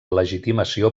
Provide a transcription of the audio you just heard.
legitimació